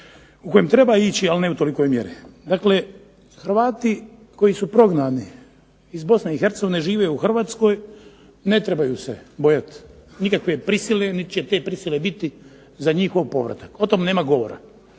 u kojem treba ići ali ne u tolikoj mjeri. Dakle, Hrvati koji su prognani iz Bosne i Hercegovine žive u Hrvatskoj, ne trebaju se bojati nikakve prisile niti će te prisile biti za njihov povratak, o tome nema govora.